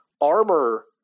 Armor